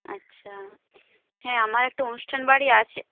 আচ্ছা হ্যাঁ আমার একটা অনুষ্ঠানবাড়ি আছে